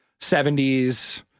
70s